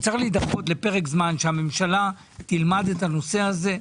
הוא צריך להידחות לפרק זמן שהממשלה תלמד את הנושא הזה,